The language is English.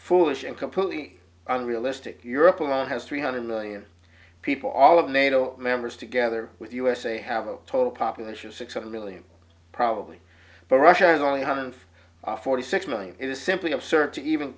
foolish and completely unrealistic europe has three hundred million people all of nato members together with usa have a total population of six hundred million probably but russia is only a hundred forty six million it is simply absurd to even